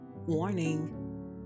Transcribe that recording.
Warning